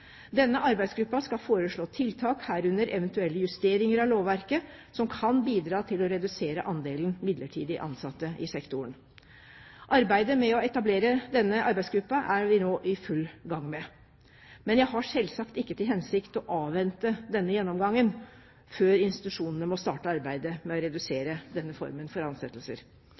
Denne arbeidsgruppen skal også foreslå tiltak, herunder eventuelle justeringer av lovverket, som kan bidra til å redusere andelen midlertidig ansatte i sektoren. Arbeidet med å etablere denne arbeidsgruppen er vi nå i full gang med. Men jeg har selvsagt ikke til hensikt å avvente denne gjennomgangen før institusjonene må starte arbeidet med å redusere denne formen for ansettelser.